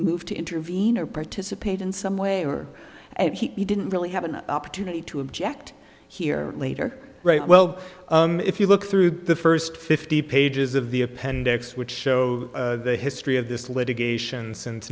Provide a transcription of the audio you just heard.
move to intervene or participate in some way or if he didn't really have an opportunity to object here later right well if you look through the first fifty pages of the appendix which show the history of this litigation since